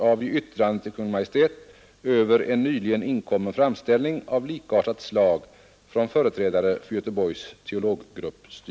avge yttrande till Kungl. Maja över en nyhgen inkommen tramställning av likartat slag tran företrädare för Göteborgs teologgruppy